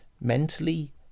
mentally